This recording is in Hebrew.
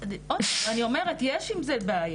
עוד פעם, אני אומרת, יש עם זה בעיה.